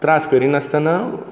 त्रास करिनासतना